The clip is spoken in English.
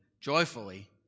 joyfully